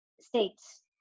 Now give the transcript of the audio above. states